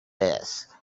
this